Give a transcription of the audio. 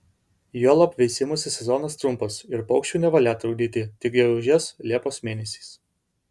juolab veisimosi sezonas trumpas ir paukščių nevalia trukdyti tik gegužės liepos mėnesiais